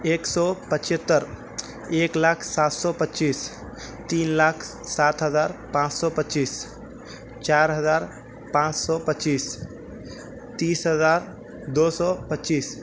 ایک سو پچہتر ایک لاکھ سات سو پچیس تین لاکھ سات ہزار پانچ سو پچیس چار ہزار پانچ سو پچیس تیس ہزار دو سو پچیس